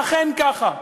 ואכן ככה,